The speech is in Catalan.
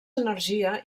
energia